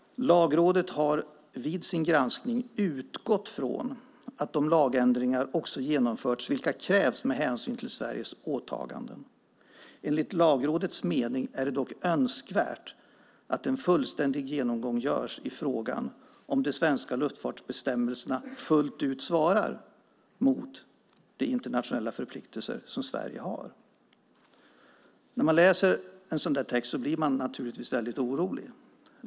Lagrådet har vid sin granskning utgått från att de lagändringar också genomförts vilka krävs med hänsyn till Sveriges åtaganden. Enligt Lagrådets mening är det dock önskvärt att en fullständig genomgång görs i frågan om de svenska luftfartsbestämmelserna fullt ut svarar mot de internationella förpliktelser som Sverige har." När man läser en sådan text blir man väldigt orolig.